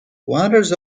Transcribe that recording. wanders